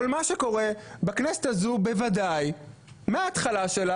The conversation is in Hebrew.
אבל מה שקורה בכנסת הזו בוודאי מההתחלה שלה,